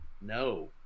no